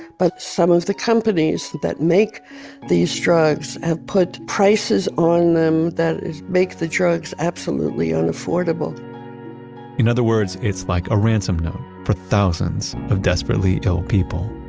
but some of the companies that make these drugs have put prices on them that make the drugs absolutely unaffordable in other words, it's like a ransom note for thousands of desperately ill people